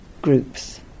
groups